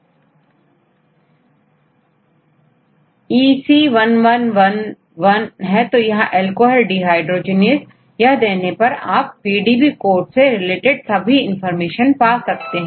Student यदिEC1 1 1 1 है तो यहां अल्कोहल डी हाइड्रोजनएज यह देने पर आपPDB कोड से रिलेटेड सभी इंफॉर्मेशन पा सकते हैं